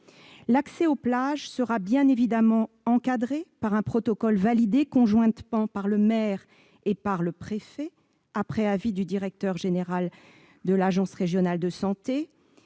L'accès aux plages sera bien évidemment encadré par un protocole validé conjointement par le maire et par le préfet, après avis du directeur général de l'agence régionale de santé.